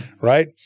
Right